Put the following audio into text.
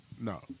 No